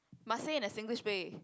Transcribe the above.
must say in a Singlish way